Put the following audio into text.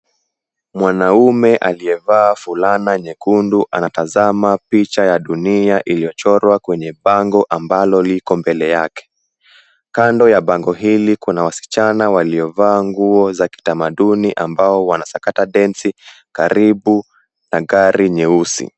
Mwanaume aliyevaa fulana nyekundu anatazama picha ya dunia iliyochorwa kwenye pango ambalo liko mbele yake. Kando ya bango hili kuna wasichana waliovaa nguo za kitamaduni ambao wanasakata densi karibu na gari nyeusi.